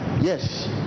Yes